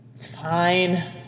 Fine